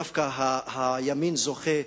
דווקא הימין זוכה,